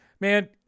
man